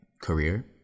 career